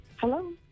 Hello